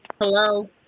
Hello